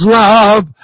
love